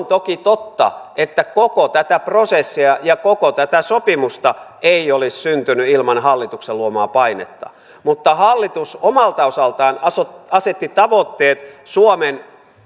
toki totta että koko tätä prosessia ja koko tätä sopimusta ei olisi syntynyt ilman hallituksen luomaa painetta mutta hallitus omalta osaltaan asetti asetti tavoitteet suomen